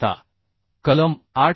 आता कलम 8